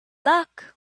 luck